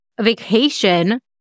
vacation